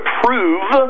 prove